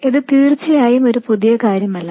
ഇത് തീർച്ചയായും ഒരു പുതിയ കാര്യമല്ല